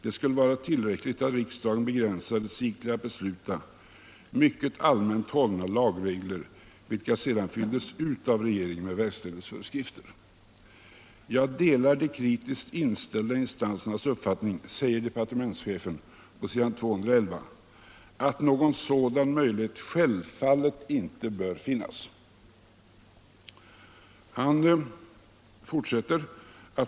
Det skulle vara tillräckligt att riksdagen begränsade sig till att besluta mycket allmänt hållna lagregler vilka sedan fylldes ut av regeringen med ”verkställighetsföreskrifter”. Jag delar de kritiskt inställda instansernas uppfattning att någon sådan möjlighet självfallet inte bör finnas.